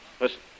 Listen